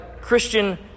Christian